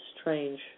strange